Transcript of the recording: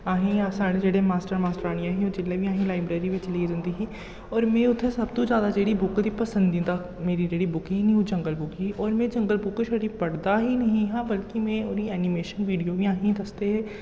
असें गी साढ़े जेह्ड़े मास्टर मास्टरैनी ही ओह् जिसलै बी असें लाइब्रेरी बिच्च लेइयै जंदी ही होर में उत्थे सब तू ज्यादा जेह्ड़ी बुक पसंदीदा मेरी जेह्ड़ी बुक ही नी ओह् जंगल बुक ही होर में जंगल बुक छड़ी पढ़दा ही नेईं हा बल्के में ओह्दी ऐनीमेशन वीडियो बी असें गी दसदे हे